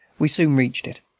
we soon reached it.